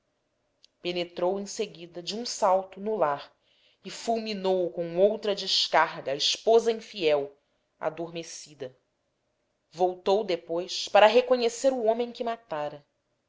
penetrou em seguida de um salto no lar e fulminou com outra descarga a esposa infiel adormecida voltou depois para reconhecer o homem que matara